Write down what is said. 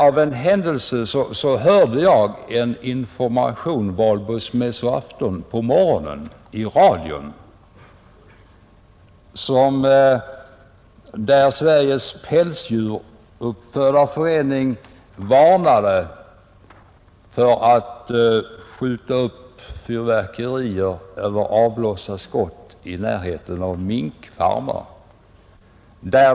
Av en händelse hörde jag valborgsmässoafton på morgonen en information i radio, där Sveriges pälsdjuruppfödarförening varnade för att skjuta upp fyrverkerier eller avlossa skott i närheten av minkfarmar.